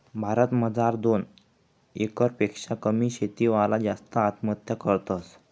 भारत मजार दोन एकर पेक्शा कमी शेती वाला जास्त आत्महत्या करतस